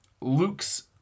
Luke's